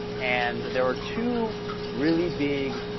and there were two really big